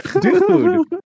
Dude